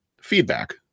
feedback